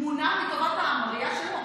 מונע מטובת העם, בראייה שלו,